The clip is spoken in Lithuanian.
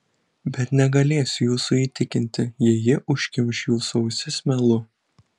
bet negalėsiu jūsų įtikinti jei ji užkimš jūsų ausis melu